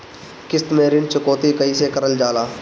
किश्त में ऋण चुकौती कईसे करल जाला?